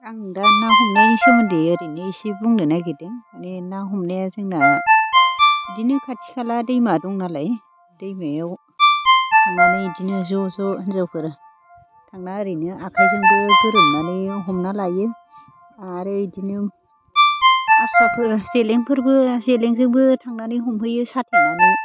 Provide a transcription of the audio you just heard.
आं दा ना हमनायनि सोमोन्दै ओरैनो इसे बुंनो नागिरदों माने ना हमनाया जोंना बिदिनो खाथि खाला दैमा दं नालाय दैमायाव थांनानै बिदिनो ज' ज' हिनजावफोर थांना ओरैनो आखाइजोंबो गोरोमनानै हमना लायो आरो बिदिनो आस्राफोर जेलेंफोरबो जेलेंजोंबो थांनानै हमहैयो साथेनानै